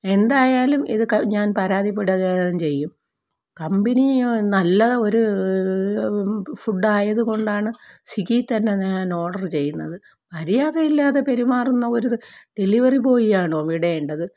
എന്തായാലും ഇതൊക്കെ ഞാൻ പരാതിപ്പെടുക തന്നെ ചെയ്യും കമ്പനി നല്ല ഒരു ഫുഡ്ഡായതു കൊണ്ടാണ് സ്വിഗ്ഗിയിൽ തന്നെ ഞാനോഡർ ചെയ്യുന്നത് മര്യാദയില്ലാതെ പെരുമാറുന്ന ഒരു ഡെലിവറി ബോയിയെ ആണോ വിടേണ്ടത്